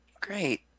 Great